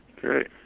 Great